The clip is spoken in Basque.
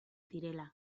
direla